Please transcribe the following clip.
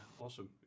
awesome